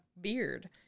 beard